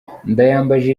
ndayambaje